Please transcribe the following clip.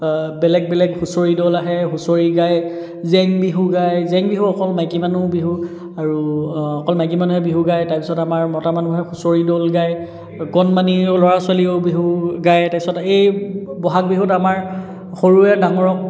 বেলেগ বেলেগ হুঁচৰি দল আহে হুঁচৰি গায় জেং বিহু গায় জেং বিহু অকল মাইকী মানুহ বিহু আৰু অকল মাইকী মানুহে বিহু গায় তাৰপিছত আমাৰ মতা মানুহে হুঁচৰি দল গায় কণমানি ল'ৰা ছোৱালীয়েও বিহু গায় তাৰপাছত এই বহাগ বিহুত আমাৰ সৰুয়ে ডাঙৰক